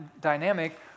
dynamic